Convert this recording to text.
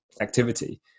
activity